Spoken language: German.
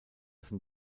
sind